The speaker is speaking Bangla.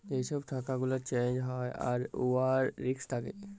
যে ছব টাকা গুলা চ্যাঞ্জ হ্যয় আর উয়ার রিস্ক থ্যাকে